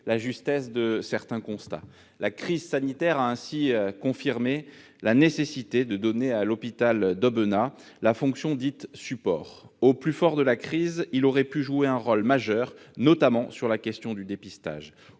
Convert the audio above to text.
la justesse de certains constats : la crise sanitaire a ainsi confirmé la nécessité de donner à l'hôpital d'Aubenas la fonction dite « support ». Au plus fort de la crise, cet hôpital aurait pu jouer un rôle majeur, notamment en termes de dépistage.